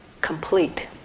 complete